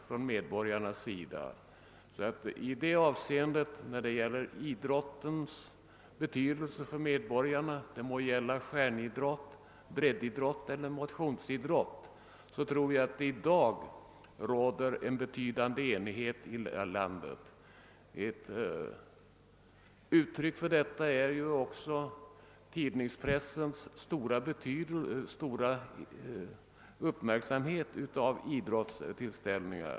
Jag tror att det i dag råder betydande enighet här i landet om idrottens betydelse för medborgarna — det må sedan gälla stjärnidrott, breddidrott eller motionsidrott. Ett uttryck härför är den stora uppmärksamhet som pressen ägnar idrottstillställningar.